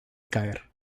caer